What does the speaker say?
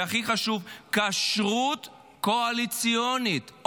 והכי חשוב, כשרות קואליציונית.